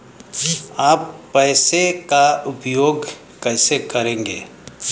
आप पैसे का उपयोग कैसे करेंगे?